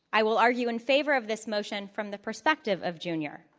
i will argue in favor of this motion from the perspective of junior